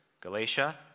Galatia